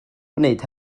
gwneud